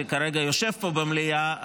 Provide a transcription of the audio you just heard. שכרגע יושב פה במליאה,